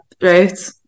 right